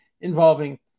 involving